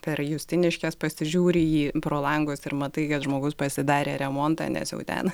per justiniškes pasižiūri į pro langus ir matai kad žmogus pasidarė remontą nes jau ten